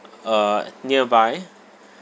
uh nearby